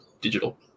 digital